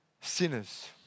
sinners